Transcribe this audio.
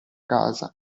casa